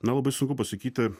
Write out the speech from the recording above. na labai sunku pasakyti